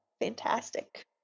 fantastic